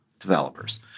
developers